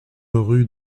rue